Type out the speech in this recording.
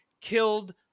killed